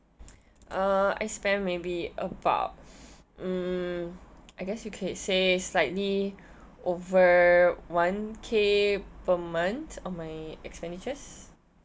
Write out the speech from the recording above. uh I spend maybe about mm I guess you can say slightly over one K per month on my expenditures